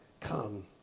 come